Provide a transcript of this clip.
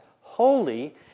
holy